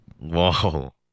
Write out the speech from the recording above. Whoa